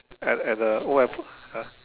at at the old airport !huh!